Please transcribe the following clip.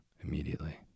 immediately